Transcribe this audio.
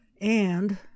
and